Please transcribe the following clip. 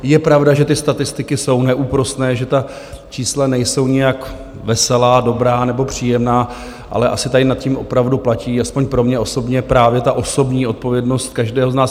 Je pravda, že ty statistiky jsou neúprosné, že ta čísla nejsou nijak veselá, dobrá nebo příjemná, ale asi tady opravdu platí, aspoň pro mě osobně, právě ta osobní odpovědnost každého z nás.